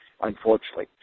unfortunately